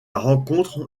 rencontre